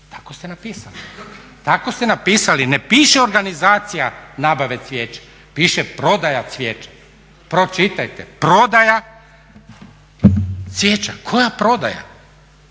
usluge. Tako ste napisali, ne piše organizacija nabave cvijeća, piše prodaja cvijeća, pročitajte prodaja cvijeća. Koja prodaja?